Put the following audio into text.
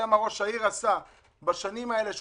אנחנו